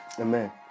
Amen